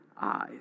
eyes